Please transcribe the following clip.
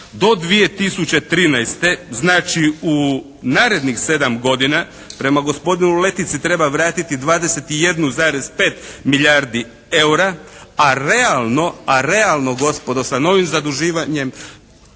do 2013. znači u narednih 7 godina prema gospodinu Letici treba vratiti 21,5 milijardi eura, a realno, a realno gospodo sa novim zaduživanjem